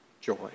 joy